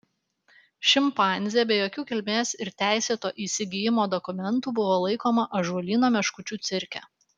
šimpanzė be jokių kilmės ir teisėto įsigijimo dokumentų buvo laikoma ąžuolyno meškučių cirke